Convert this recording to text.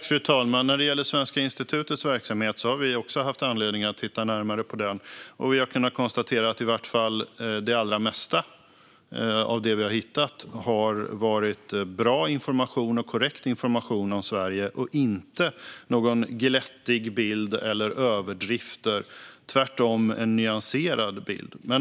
Fru talman! Svenska institutets verksamhet har vi också haft anledning att titta närmare på. Vi har kunnat konstatera att i vart fall det allra mesta av det vi har hittat varit bra och korrekt information om Sverige och inte någon glättig bild eller överdrifter utan tvärtom en nyanserad bild.